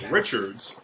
Richard's